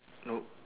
no